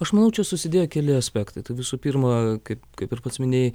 aš manau čia susidėjo keli aspektai tai visų pirma kaip kaip ir pats minėjai